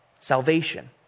Salvation